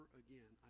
again